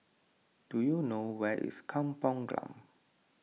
do you know where is Kampung Glam